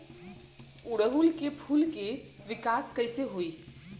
ओड़ुउल के फूल के विकास कैसे होई?